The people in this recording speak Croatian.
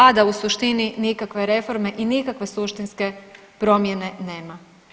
A da u suštini nikakve reforme, i nikakve suštinske promjene nema.